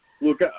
look